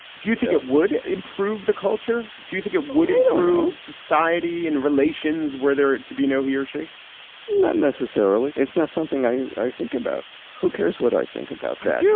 do you think it would improve the culture? do you think it would improve society in relations where there to be. no, she not necessarily. it's not something i i think about. who cares what i think about that? yeah